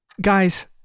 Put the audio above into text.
Guys